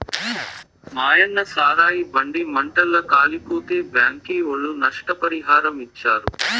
మాయన్న సారాయి బండి మంటల్ల కాలిపోతే బ్యాంకీ ఒళ్ళు నష్టపరిహారమిచ్చారు